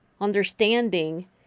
understanding